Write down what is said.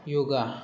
yoga